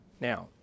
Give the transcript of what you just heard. Now